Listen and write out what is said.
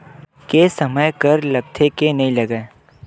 के समय कर लगथे के नइ लगय?